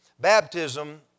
Baptism